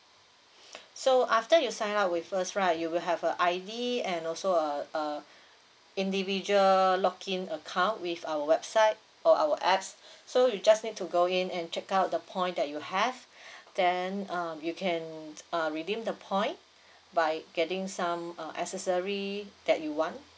so after you sign up with us right you will have a I_D and also a uh individual login account with our website or our apps so you just need to go in and check out the point that you have then uh you can t~ uh redeem the point by getting some uh accessory that you want